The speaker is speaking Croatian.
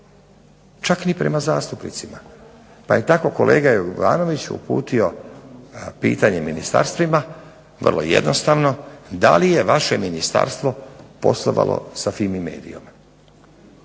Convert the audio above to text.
Čak ni prema zastupnicima. Pa je tako kolega Jovanović uputio pitanje ministarstvima vrlo jednostavno da li je vaše ministarstvo poslovalo sa FIMI MEDIA-om?